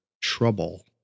trouble